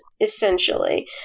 essentially